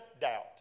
doubt